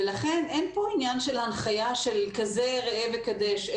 ולכן אין פה עניין של הנחיה של כזה ראה וקדש,